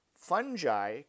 Fungi